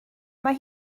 mae